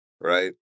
Right